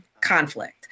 conflict